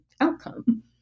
outcome